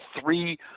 three